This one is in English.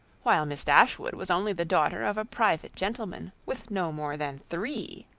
while miss dashwood was only the daughter of a private gentleman with no more than three